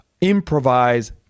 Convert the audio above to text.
improvise